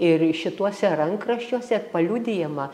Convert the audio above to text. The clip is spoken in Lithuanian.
ir šituose rankraščiuose paliudijama